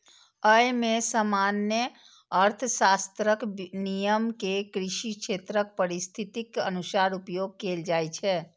अय मे सामान्य अर्थशास्त्रक नियम कें कृषि क्षेत्रक परिस्थितिक अनुसार उपयोग कैल जाइ छै